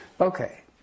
Okay